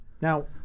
Now